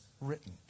written